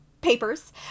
papers